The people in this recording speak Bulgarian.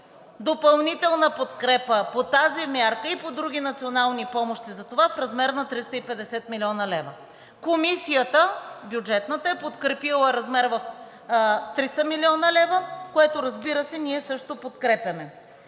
допълнителна подкрепа по тази мярка и по други национални помощи за това в размер на 350 млн. лв. Комисията, бюджетната, е подкрепила размера в 300 млн. лв., което, разбира се, ние също подкрепяме.